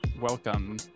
welcome